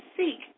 seek